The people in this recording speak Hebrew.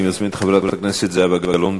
אני מזמין את חברת הכנסת זהבה גלאון,